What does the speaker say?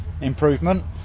improvement